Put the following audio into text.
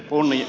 pulli